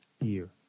year